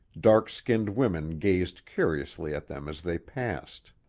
dark-skinned women gazed curiously at them as they passed.